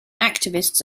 activists